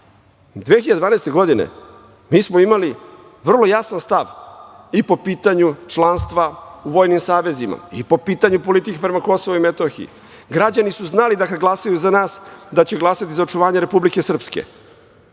2012. mi smo imali vrlo jasan stav i po pitanju članstva u vojnim savezima i po pitanju politike prema Kosovu i Metohiji. Građani su znali da kad glasaju za nas, da će glasati za očuvanje Republike Srpske. Potpuno